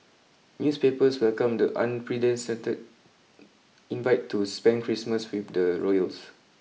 newspapers welcomed the unpredencented invite to spend Christmas with the royals